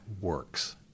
works